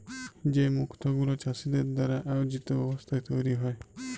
যে মুক্ত গুলা চাষীদের দ্বারা আয়জিত ব্যবস্থায় তৈরী হ্যয়